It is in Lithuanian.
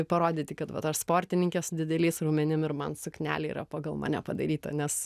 ir parodyti kad vat aš sportininkė su dideliais raumenim ir man suknelė yra pagal mane padaryta nes